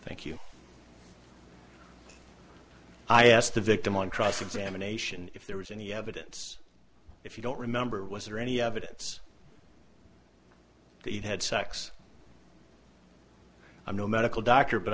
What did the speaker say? thank you i asked the victim on cross examination if there was any evidence if you don't remember was there any evidence that you had sex i'm no medical doctor but